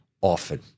often